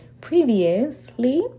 previously